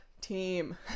team